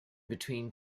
between